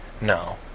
No